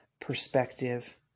perspective